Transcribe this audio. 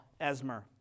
Esmer